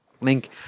link